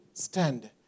stand